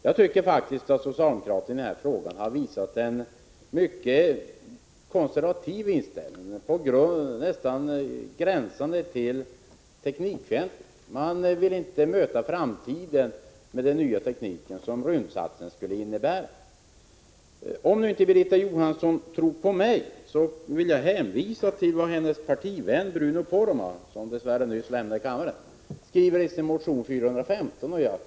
Jag tycker faktiskt att socialdemokraterna i den här frågan har visat en mycket konservativ inställning, nästan gränsande till teknikfientlighet. De vill inte möta framtiden med den nya teknik som rymdsatsningen skulle komma att innebära. Om nu inte Birgitta Johansson tror på mig, vill jag hänvisa till vad hennes partivän Bruno Poromaa, som dess värre nyss lämnade kammaren, skriver i sin motion 415.